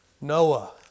Noah